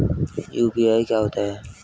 UPI क्या होता है?